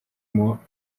moi